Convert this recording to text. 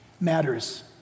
matters